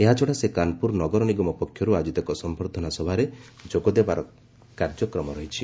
ଏହାଛଡ଼ା ସେ କାନପ୍ରର ନଗର ନିଗମ ପକ୍ଷର୍ତ ଆୟୋଜିତ ଏକ ସମ୍ଭର୍ଦ୍ଧନା ସଭାରେ ଯୋଗଦେବାର ମଧ୍ୟ କାର୍ଯ୍ୟକ୍ରମ ରହିଛି